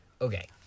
Okay